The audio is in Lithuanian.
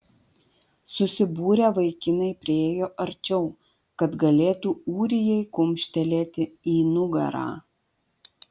susibūrę vaikinai priėjo arčiau kad galėtų ūrijai kumštelėti į nugarą